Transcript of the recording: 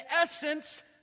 essence